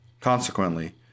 Consequently